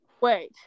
Wait